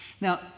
Now